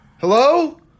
Hello